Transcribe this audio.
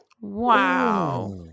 Wow